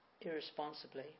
irresponsibly